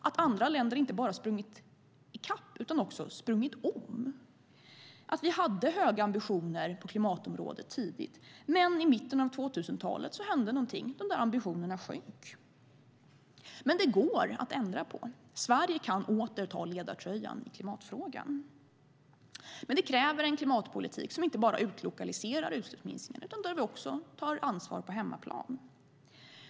Andra länder har inte bara sprungit i kapp utan också sprungit om oss. Vi hade höga ambitioner tidigt på klimatområdet, men i mitten av 2000-talet hände någonting. Ambitionerna sjönk. Men det går att ändra på. Sverige kan åter ta ledartröjan i klimatfrågan. Men det kräver en klimatpolitik som inte bara utlokaliserar utsläppsminskningarna utan där vi också tar ansvar på hemmaplan.